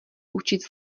učit